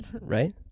Right